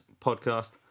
podcast